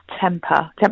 temper